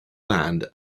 land